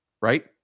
right